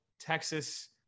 Texas